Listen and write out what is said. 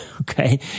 Okay